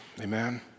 Amen